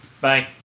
Bye